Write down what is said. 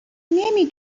نمی